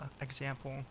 example